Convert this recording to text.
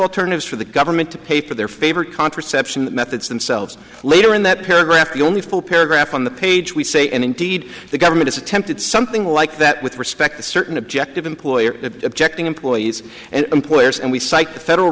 alternatives for the government to pay for their favorite contraception methods themselves later in that paragraph the only full paragraph on the page we say and indeed the government attempted something like that with respect to certain objective employers objecting employees and employers and we cite the federal